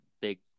big